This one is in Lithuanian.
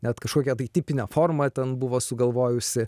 net kažkokią tai tipinę formą ten buvo sugalvojusi